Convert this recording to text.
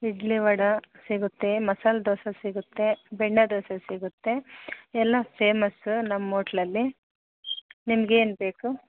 ಇಡ್ಲಿ ವಡಾ ಸಿಗುತ್ತೆ ಮಸಾಲೆ ದೋಸೆ ಸಿಗುತ್ತೆ ಬೆಣ್ಣೆದೋಸೆ ಸಿಗುತ್ತೆ ಎಲ್ಲ ಫೇಮಸ್ ನಮ್ಮ ಹೋಟ್ಲಲ್ಲಿ ನಿಮ್ಗೇನು ಬೇಕು